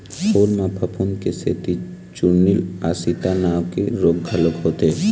फूल म फफूंद के सेती चूर्निल आसिता नांव के रोग घलोक होथे